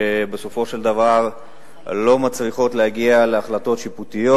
שבסופו של דבר לא מצליחות להגיע להחלטות שיפוטיות,